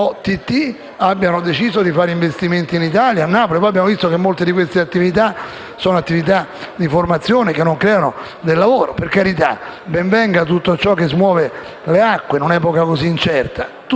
OTT - hanno deciso di fare investimenti in Italia, a Napoli. Abbiamo anche visto che molte di queste attività sono di formazione e non creano del lavoro. Per carità, ben venga tutto ciò che smuove le acque in un'epoca così incerta,